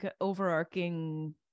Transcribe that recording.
overarching